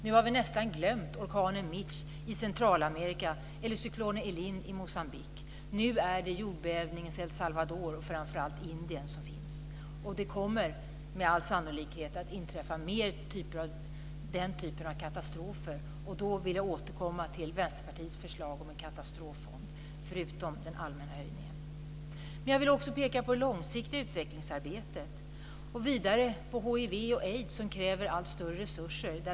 Nu har vi nästan glömt orkanen Mitch i Centralamerika eller cyklonen Eline i Moçambique. Nu är det jordbävningarna i El Salvador och framför allt i Indien som det talas om. Det kommer med all sannolikhet att inträffa mer av den typen av katastrofer. Jag vill därför återkomma till Vänsterpartiets förslag om en katastroffond, förutom den allmänna höjningen. Men jag vill också peka på det långsiktiga utvecklingsarbetet och vidare på hiv och aids, som kräver allt större resurser.